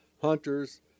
hunters